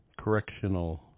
correctional